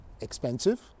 expensive